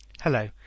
Hello